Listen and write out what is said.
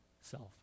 self